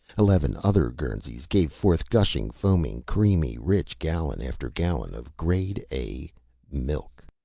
eleven other guernseys gave forth gushing, foaming, creamy rich gallon after gallon of grade a milk.